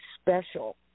special